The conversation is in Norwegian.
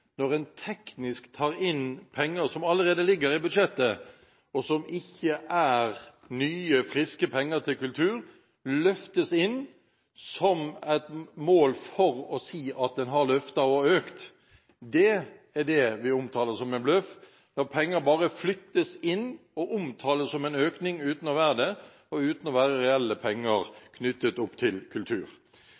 når en teknisk tar inn penger som allerede ligger i budsjettet – som ikke er nye, friske penger til kultur – og løfter dem inn som et mål for å si at en har løftet og økt. Det er det vi omtaler som en bløff, når penger bare flyttes inn og omtales som en økning uten å være det, uten å være reelle penger til kultur.